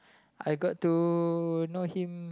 I got to know him